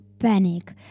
panic